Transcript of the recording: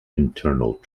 internal